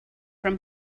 from